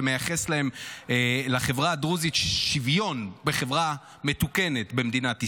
ומייחס לחברה הדרוזית שוויון בחברה מתוקנת במדינת ישראל.